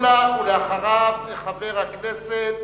אחריו, חבר הכנסת